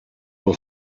will